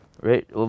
right